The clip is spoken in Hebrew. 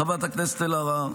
חברת הכנסת אלהרר,